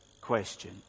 question